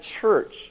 church